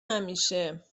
همیشه